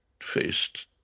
faced